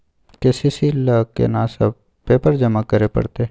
KCC ल केना सब पेपर जमा करै परतै?